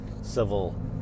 civil